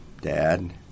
dad